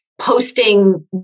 posting